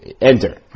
enter